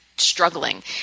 struggling